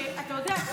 אתה יודע,